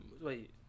Wait